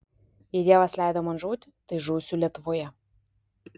jei dievas leido man žūti tai žūsiu lietuvoje